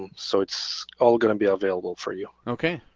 so it's all gonna be available for you. okay.